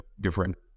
different